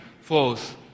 False